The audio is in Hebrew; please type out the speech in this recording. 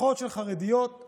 משפחות חרדיות של